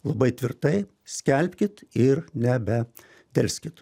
labai tvirtai skelbkit ir nebedelskit